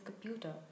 computer